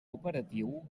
operatiu